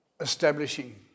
establishing